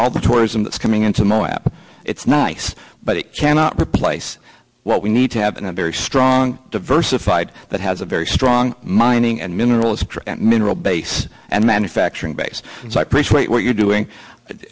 all the tourism that's coming into my lap it's nice but it cannot replace what we need to have a very strong diversified that has a very strong mining and mineral mineral base and manufacturing base so i appreciate what you're doing